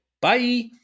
Bye